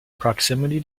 proximity